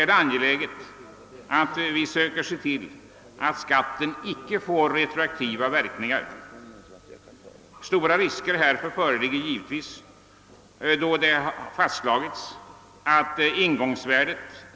De föreslagna reglerna avser att klargöra när tomtrörelse föreligger i beskattningshänseende.